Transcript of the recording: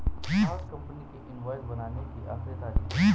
आज कंपनी की इनवॉइस बनाने की आखिरी तारीख है